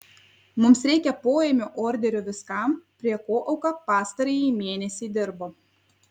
mums reikia poėmio orderio viskam prie ko auka pastarąjį mėnesį dirbo